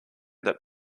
that